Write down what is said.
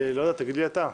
לא יודע, תגיד לי אתה,